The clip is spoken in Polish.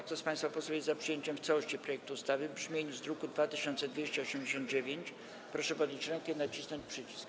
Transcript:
Kto z państwa posłów jest za przyjęciem w całości projektu ustawy w brzmieniu z druku nr 2289, proszę podnieść rękę i nacisnąć przycisk.